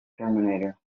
terminator